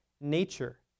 nature